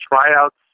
tryouts